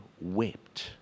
wept